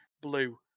blue